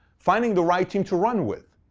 finding the right team to run with.